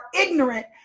ignorant